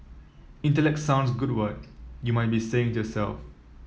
intellect sounds good what you might be saying to yourself